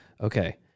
okay